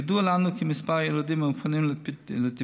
ידוע לנו כי מספר הילדים המופנים לטיפול